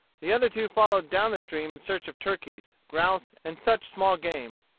the other two followed down the stream in search of turkeys, grouse, and such small game.